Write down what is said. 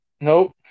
Nope